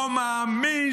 לא מאמין